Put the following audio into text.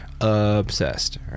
obsessed